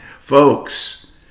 Folks